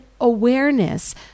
awareness